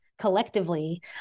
collectively